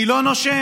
אני לא נושם,